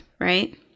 right